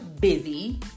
busy